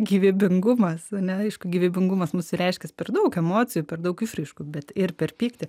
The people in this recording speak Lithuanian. gyvybingumas ane aišku gyvybingumas mūsų reiškias per daug emocijų per daug išraiškų bet ir per pyktį